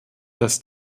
dass